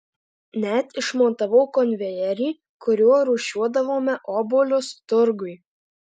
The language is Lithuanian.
net išmontavau konvejerį kuriuo rūšiuodavome obuolius turgui